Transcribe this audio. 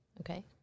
Okay